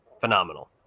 phenomenal